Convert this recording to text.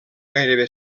gairebé